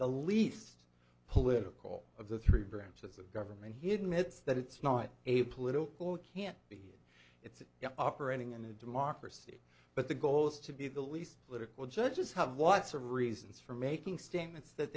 the least political of the three branches of government hidden it's that it's not a political it can't be it's operating in a democracy but the goal is to be the least political judges have lots of reasons for making statements that